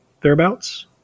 thereabouts